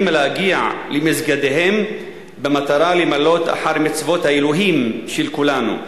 מלהגיע למסגדיהם במטרה למלא אחר מצוות האלוהים של כולנו.